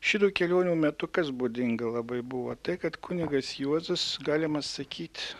šitų kelionių metu kas būdinga labai buvo tai kad kunigas juozas galima sakyt